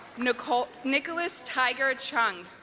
nicholas nicholas tiger cheung